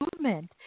movement